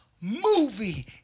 movie